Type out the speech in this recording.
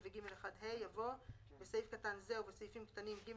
(ג1ג) ו-(ג1ה)" יבוא "בסעיף קטן זה ובסעיפים קטנים (ג1),